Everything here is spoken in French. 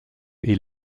est